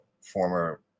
former